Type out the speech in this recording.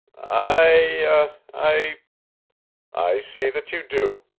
i i i see that you do.